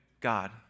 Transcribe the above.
God